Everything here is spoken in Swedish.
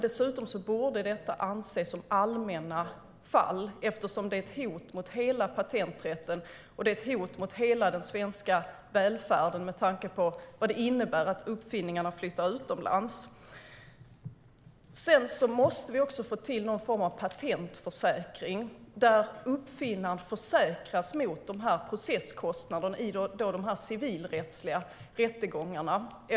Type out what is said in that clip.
Dessa fall borde dessutom anses vara allmänna eftersom det här, med tanke på vad det innebär när uppfinningarna flyttar utomlands, är ett hot mot hela patenträtten och hela den svenska välfärden. Vi måste få till någon form av patentförsäkring där uppfinnaren försäkras mot processkostnaderna i de civilrättsliga rättegångarna.